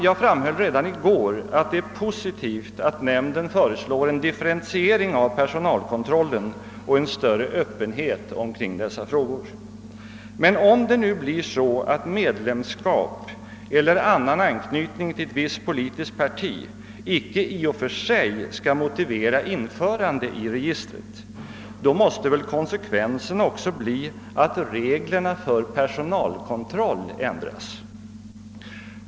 Jag framhöll redan i går att det är positivt att nämnden föreslår en differentiering av personalkontrollen och en större öppenhet kring dessa frågor. Men om det nu blir så att medlemskap eller annan anknytning till ett visst politiskt parti icke i och för sig skall motivera införande i registret, då måste väl konsekvensen också bli att reglerna för personkontroll ändras?